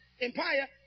empire